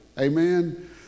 amen